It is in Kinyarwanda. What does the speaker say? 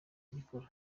agikora